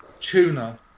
tuna